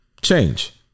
Change